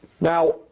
Now